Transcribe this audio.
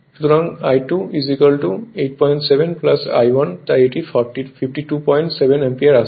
সুতরাং I2 87 I 1 তাই এটি 527 অ্যাম্পিয়ার আসছে